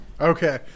Okay